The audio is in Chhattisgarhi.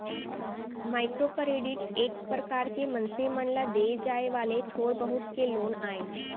माइक्रो करेडिट एक परकार के मनसे मन ल देय जाय वाले थोर बहुत के लोन आय